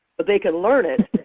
but they can learn it.